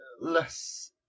less